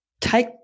Take